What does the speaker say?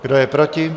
Kdo je proti?